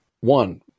One